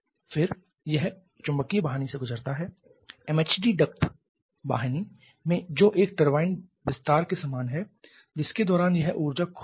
फिर यह चुंबकीय वाहिनी में गुजरता है MHD डक्ट में जो एक टरबाइन विस्तार के समान है जिसके दौरान यह ऊर्जा खो देता है